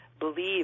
Believe